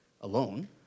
alone